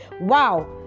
Wow